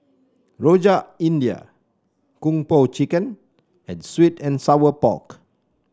Rojak India Kung Po Chicken and sweet and Sour Pork